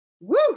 Woo